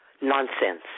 nonsense